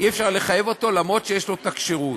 אי-אפשר לחייב אותו אף שיש לו הכשרות.